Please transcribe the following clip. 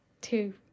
two